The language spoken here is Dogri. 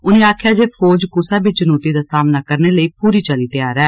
उनें आखेआ जे फौज कुसा बी चुनौती दा सामना करने लेई पूरी चाल्ली तैयार ऐ